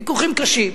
ויכוחים קשים.